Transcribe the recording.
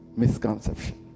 misconception